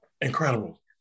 incredible